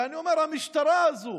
ואני אומר, המשטרה הזו,